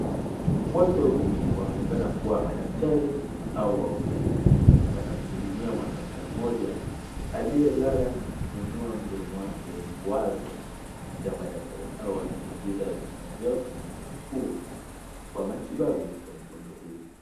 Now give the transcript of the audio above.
Watu wawili wanaonekana kuwa madaktari au wauguzi wanamuhudumia mwanadada mmoja aliyelala na kufunua mdomo wake wazi kisha madaktari hao wanaingiza vifaa vyao kwa mdomo huo kwa matibabu kwa mgonjwa huyo.